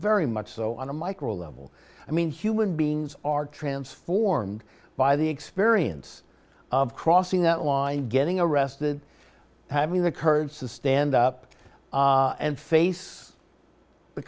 very much so on a micro level i mean human beings are transformed by the experience of crossing that line getting arrested having the courage to stand up and face the